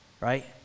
right